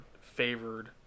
favored